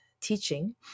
teaching